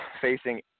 facing